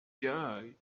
joy